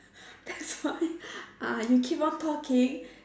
that's why ah you keep on talking